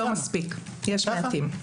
לא מספיק, יש מעטים.